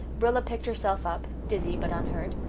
rilla picked herself up, dizzy but unhurt,